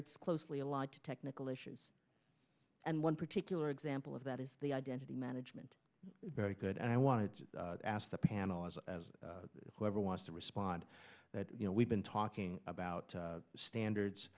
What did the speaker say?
it's closely allied to technical issues and one particular example of that is the identity management very good and i wanted to ask the panel as whoever wants to respond that you know we've been talking about standards